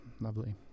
lovely